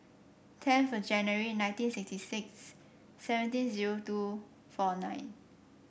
tenth January nineteen sixty six seventeen zero two four nine